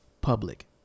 public